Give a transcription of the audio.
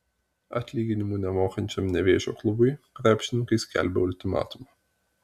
atlyginimų nemokančiam nevėžio klubui krepšininkai skelbia ultimatumą